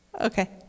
okay